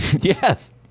Yes